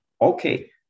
okay